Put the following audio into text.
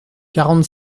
quarante